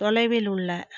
தொலைவில் உள்ள